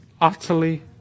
utterly